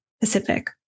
Pacific